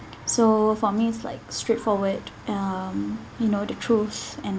so for me it's like straightforward um you know the truth and